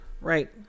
Right